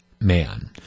man